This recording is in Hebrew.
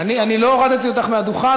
אני לא הורדתי אותך מהדוכן,